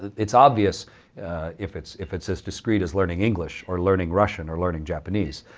it's obvious if it's if it's as discrete as learning english or learning russian or learning japanese,